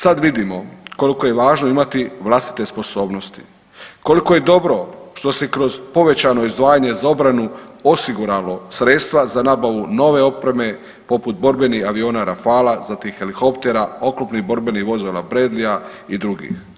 Sad vidimo koliko je važno imati vlastite sposobnosti, koliko je dobro što se kroz povećano izdvajanje za obranu osiguralo sredstava za nabavu nove opreme poput borbenih aviona Rafalea, zatim helikoptera, oklopnih borbenih vozila Bradleya i drugih.